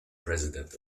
president